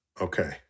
Okay